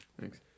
Thanks